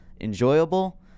enjoyable